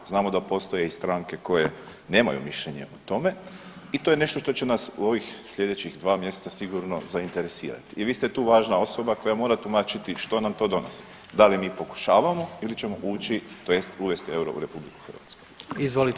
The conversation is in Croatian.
Znamo da postoje i stranke koje nemaju mišljenje o tome i to je nešto što će nas u ovih slijedećih dva mjeseca sigurno zainteresirati i vi ste tu važna osoba koja mora tumačiti što nam to donosi, da li mi pokušavamo ili ćemo ući tj. uvesti EUR-o u RH?